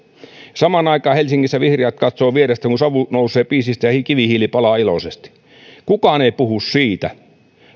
samaan aikaan helsingissä vihreät katsovat vierestä kun savu nousee piisistä ja kivihiili palaa iloisesti kukaan ei puhu siitä